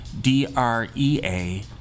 D-R-E-A